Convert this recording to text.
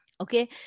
Okay